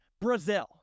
Brazil